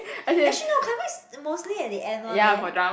actually no climax mostly at the end leh